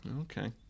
Okay